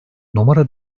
numara